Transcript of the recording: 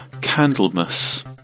Candlemas